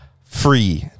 free